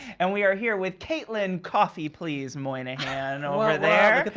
and we are here with caitlin coffee please moynihan over there.